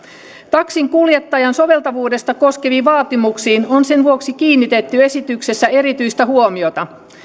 taksinkuljettajan soveltuvuutta koskeviin vaatimuksiin on sen vuoksi kiinnitetty esityksessä erityistä huomiota